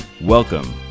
Welcome